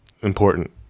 important